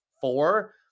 four